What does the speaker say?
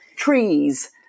Trees